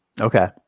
Okay